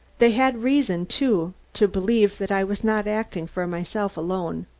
they had reason, too, to believe that i was not acting for myself alone.